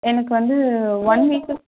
எனக்கு வந்து one week